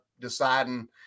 deciding